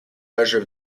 measure